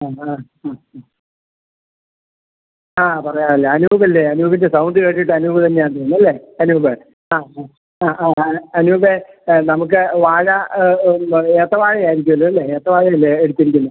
നമ്മൾ ആ ആ ആ പറയാം അല്ല അനൂപല്ലേ അനൂപിൻ്റെ സൗണ്ട് കേട്ടിട്ട് അനൂപ് തന്നെയാണ് തോന്നുന്നു അല്ലേ അനൂപ് ആ ആ ആ ആ അനൂപേ നമുക്ക് വാഴ എന്തോ ഏത്തവാഴയായിരിക്കുമല്ലോ അല്ലെ ഏത്തവാഴയല്ലേ എടുത്തിരിക്കുന്നത്